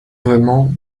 vraiment